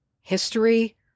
history